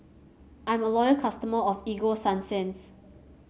I'm a loyal customer of Ego Sunsense